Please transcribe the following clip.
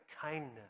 kindness